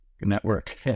network